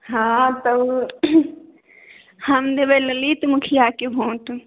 हँ तऽ ओ हम देबै ललित मुखिआके भोट